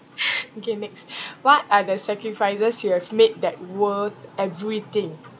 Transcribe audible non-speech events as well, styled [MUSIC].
[LAUGHS] okay next what are the sacrifices you have made that worth everything